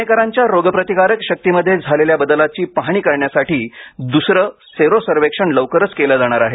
पुणेकरांच्या रोगप्रतिकारक शक्तीमध्ये झालेल्या बदलाची पाहणी करण्यासाठीचं दुसरं सेरो सर्वेक्षण लवकरच केलं जाणार आहे